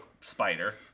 spider